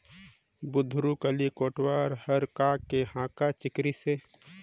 बुधारू काली कोटवार हर का के हाँका चिकरिस हे?